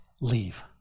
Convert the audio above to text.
leave